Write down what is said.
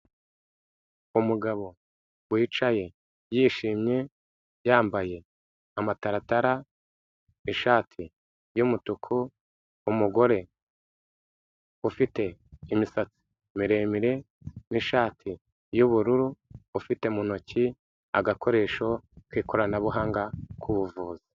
Umugabo wicaye yishimye yambaye amataratara, ishati y'umutuku, umugore ufite imisatsi miremire n'ishati y'ubururu, ufite mu ntoki agakoresho k'ikoranabuhanga k'ubuvuzi.